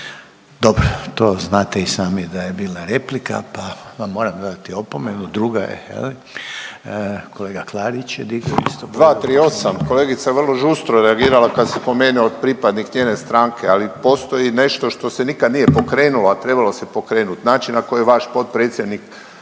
Dobro. To znate i sami da je bila replika, pa vam moram dati opomenu, druga je. Je li? Kolega Klarić je digao isto povredu Poslovnika. **Klarić, Tomislav (HDZ)** 238. kolegica je vrlo žustro reagirala kad se spomene pripadnik njene stranke, ali postoji nešto što se nikad nije pokrenulo, a trebalo se pokrenuti. Način na koji je vaš potpredsjednik